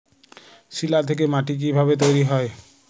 শিলা থেকে মাটি কিভাবে তৈরী হয়?